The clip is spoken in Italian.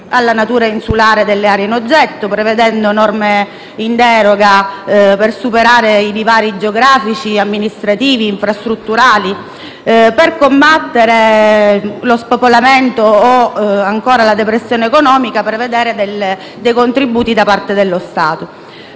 alla natura insulare delle aree in oggetto, prevedendo norme in deroga per superare i divari geografici, amministrativi e infrastrutturali, per combattere lo spopolamento o la depressione economica e prevedere dei contributi da parte dello Stato.